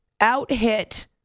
out-hit